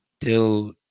till